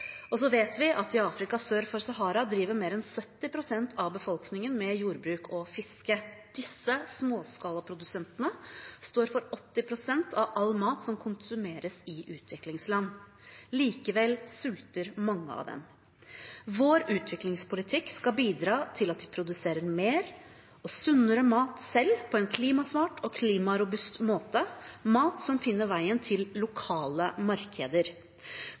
Så vet vi at i Afrika sør for Sahara driver mer enn 70 pst. av befolkningen med jordbruk og fiske. Disse småskalaprodusentene står for 80 pst. av all mat som konsumeres i utviklingsland. Likevel sulter mange. Vår utviklingspolitikk skal bidra til at de produserer mer og sunnere mat selv, på en klimasmart og klimarobust måte – mat som finner veien til lokale markeder.